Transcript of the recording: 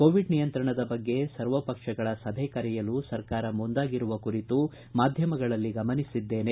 Covid ನಿಯಂತ್ರಣದ ಬಗ್ಗೆ ಸರ್ವ ಪಕ್ಷಗಳ ಸಭೆ ಕರೆಯುವುದಕ್ಕೆ ಸರ್ಕಾರ ಮುಂದಾಗಿರುವ ಬಗ್ಗೆ ಮಾಧ್ಯಮಗಳಲ್ಲಿ ಗಮನಿಸಿದ್ದೇನೆ